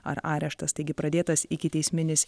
ar areštas taigi pradėtas ikiteisminis